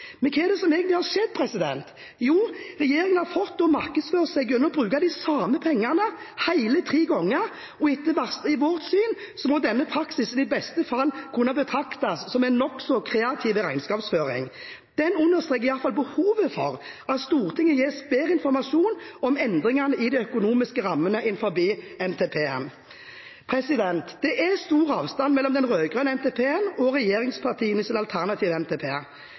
Men hva er det som egentlig har skjedd? Jo, regjeringen har fått markedsføre seg gjennom å bruke de samme pengene hele tre ganger. Etter vårt syn må denne praksisen i beste fall kunne betraktes som en nokså kreativ regnskapsføring. Den understreker i alle fall behovet for at Stortinget gis bedre informasjon om endringer i de økonomiske rammene innenfor NTP. Det er stor avstand mellom den rød-grønne NTP-en og regjeringspartienes alternative NTP. Fremskrittspartiet foreslo en økning i